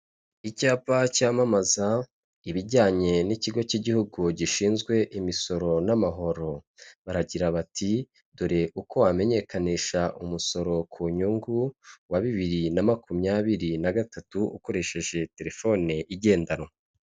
Icyapa cyamamaza ibijyanye n'Ikigo cy'Igihugu gishinzwe Imisoro n'Amahoro. Baragira bati: "Dore uko wamenyekanisha umusoro ku nyungu, wa bibiri na makumyabiri n'agatatu, ukoresheje telefone igendanwa".